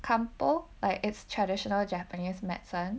kampo like its traditional japanese medicine